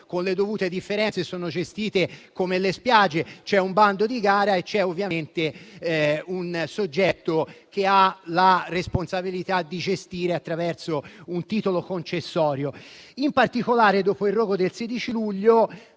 con le dovute differenze, sono gestiti come le spiagge: c'è un bando di gara e c'è un soggetto che ha la responsabilità di gestire, attraverso un titolo concessorio. In particolare dopo il rogo del 16 luglio,